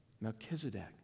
Melchizedek